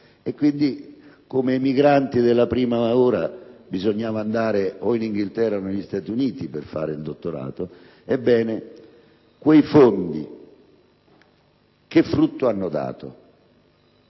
- quindi - come emigranti della prima ora bisognava andare in Inghilterra o negli Stati Uniti per fare il dottorato. Che frutto hanno dato